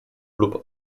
lub